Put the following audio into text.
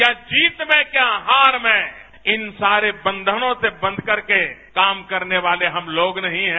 क्या जीत में क्या हार में इन सारे बंधनों से बंधकर के काम करने वाले हम लोग नहीं है